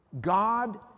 God